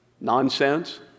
nonsense